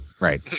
Right